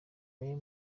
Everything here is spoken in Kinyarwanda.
meyer